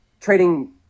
trading